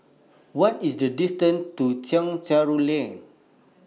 What IS The distance to Chencharu Lane